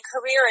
career